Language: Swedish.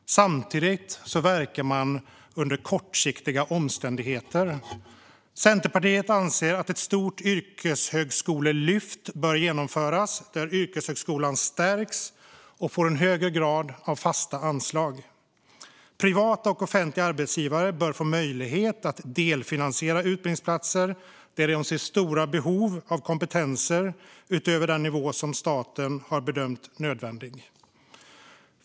Samtidigt verkar man under kortsiktiga omständigheter. Centerpartiet anser att ett stort yrkeshögskolelyft bör genomföras där yrkeshögskolan stärks och får en högre grad av fasta anslag. Privata och offentliga arbetsgivare bör få möjlighet att delfinansiera utbildningsplatser när de ser stora behov av kompetenser utöver den nivå som staten har bedömt nödvändig.